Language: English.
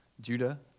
Judah